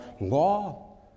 law